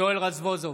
יואל רזבוזוב,